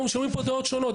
שומעים פה דעות שונות.